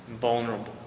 vulnerable